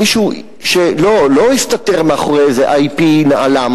מישהו שלא הסתתר מאחורי איזה IP נעלם,